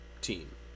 team